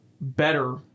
better